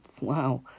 Wow